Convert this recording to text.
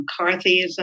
McCarthyism